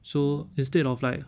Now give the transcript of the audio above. so instead of like